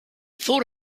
thought